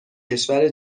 کشور